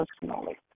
personally